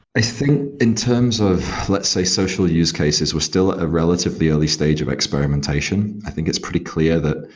i think in terms of, let's say, social use cases, we're still at a relatively early stage of experimentation. i think it's pretty clear that,